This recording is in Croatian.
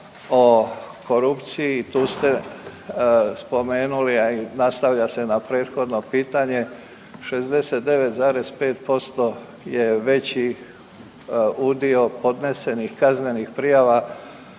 o korupciji tu ste spomenuli, a i nastavlja se na prethodno pitanje 69,5% je veći udio podnesenih kaznenih prijava